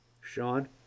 Sean